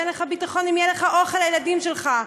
אין לך ביטחון אם יהיה אוכל לילדים שלך.